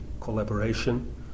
collaboration